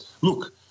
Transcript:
look